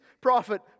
prophet